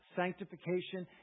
sanctification